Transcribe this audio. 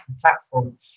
platform